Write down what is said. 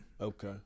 Okay